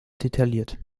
detailliert